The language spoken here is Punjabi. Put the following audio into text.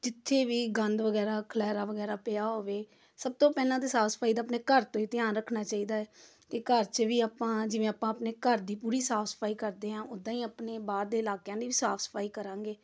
ਜਿੱਥੇ ਵੀ ਗੰਦ ਵਗੈਰਾ ਖਿਲਾਰਾ ਵਗੈਰਾ ਪਿਆ ਹੋਵੇ ਸਭ ਤੋਂ ਪਹਿਲਾਂ ਤਾਂ ਸਾਫ਼ ਸਫ਼ਾਈ ਦਾ ਆਪਣੇ ਘਰ ਤੋਂ ਹੀ ਧਿਆਨ ਰੱਖਣਾ ਚਾਹੀਦਾ ਹੈ ਕਿ ਘਰ 'ਚ ਵੀ ਆਪਾਂ ਜਿਵੇਂ ਆਪਾਂ ਆਪਣੇ ਘਰ ਦੀ ਪੂਰੀ ਸਾਫ਼ ਸਫ਼ਾਈ ਕਰਦੇ ਹਾਂ ਉਦਾਂ ਹੀ ਆਪਣੇ ਬਾਹਰ ਦੇ ਇਲਾਕਿਆਂ ਦੀ ਵੀ ਸਾਫ਼ ਸਫ਼ਾਈ ਕਰਾਂਗੇ